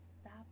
stop